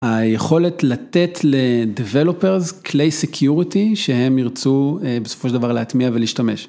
היכולת לתת למפתחים כלי אבטחה שהם ירצו בסופו של דבר להטמיע ולהשתמש.